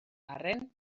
arren